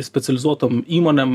specializuotom įmonėm